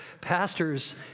Pastors